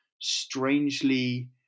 strangely